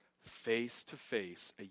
face-to-face